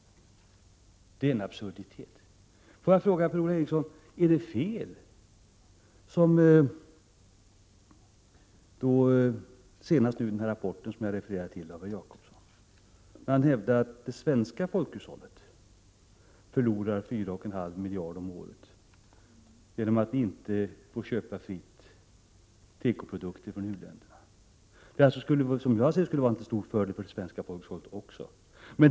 Det är en absurditet. Får jag fråga Per-Ola Eriksson om det är fel, som det bl.a. stod i den rapport av Lars Jacobsson som jag refererade till, när man hävdar att det svenska folkhushållet förlorar 4,5 miljarder om året genom att inte fritt få köpa tekoprodukter från u-länderna. Som jag ser det skulle ett frisläppande också vara en stor fördel för det svenska folkhushållet.